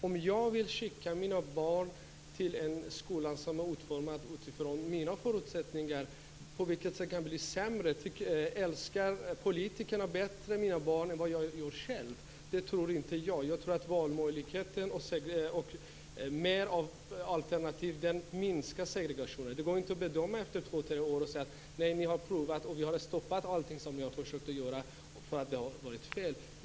Om jag vill skicka mina barn till en skola som motsvarar mina önskemål, på vilket sätt kan det då bli sämre? Älskar politikerna mina barn mer än jag själv gör? Det tror inte jag. Jag tror att valmöjligheterna och mer av alternativ minskar segregationen. Man kan inte efter två tre år säga: Vi har provat allting som ni har försökt att göra och vill stoppa det, eftersom det har varit fel.